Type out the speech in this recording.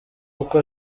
uko